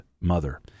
mother